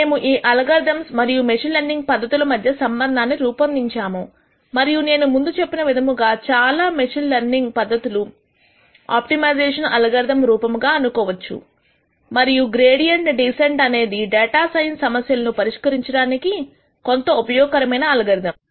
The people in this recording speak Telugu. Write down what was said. మేము ఈ అల్గోరిథమ్స్ మరియు మెషిన్ లెర్నింగ్ పద్ధతుల మధ్య సంబంధాన్నిరూపొందించాము మరియు నేను ముందు చెప్పిన విధముగా చాలా మెషీన్ లెర్నింగ్ పద్ధతులు ఆప్టిమైజేషన్ అల్గోరిథం రూపముగా అనుకోవచ్చు మరియు గ్రేడియంట్ డీసెంట్ అనేది డేటా సైన్స్ సమస్యలను పరిష్కరించడానికి కొంత ఉపయోగకరమైన అల్గోరిథం